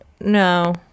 no